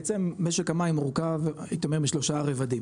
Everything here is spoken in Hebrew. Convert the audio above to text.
בעצם משק המים מורכב הייתי אומר משלושה רבדים,